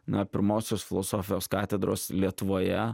na pirmosios filosofijos katedros lietuvoje